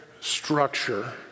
structure